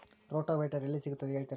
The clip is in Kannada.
ರೋಟೋವೇಟರ್ ಎಲ್ಲಿ ಸಿಗುತ್ತದೆ ಹೇಳ್ತೇರಾ?